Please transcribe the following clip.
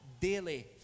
daily